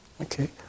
Okay